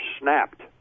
snapped